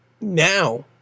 now